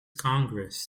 congress